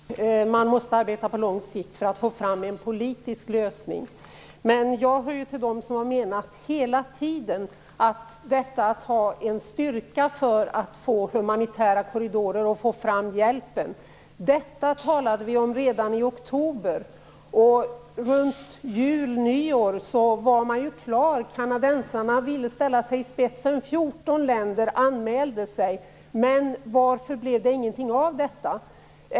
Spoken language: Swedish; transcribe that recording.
Fru talman! Jag är helt klar över att man måste arbeta på lång sikt för att få fram en politisk lösning. Men jag hör till dem som hela tiden har menat att man måste ha en styrka för att få humanitära korridorer och få fram hjälpen. Detta talade vi om redan i oktober, och runt jul-nyår var man klar. Kanadensarna ville ställa sig i spetsen, och 14 länder anmälde sig. Varför blev det ingenting av detta?